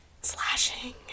Slashing